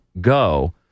go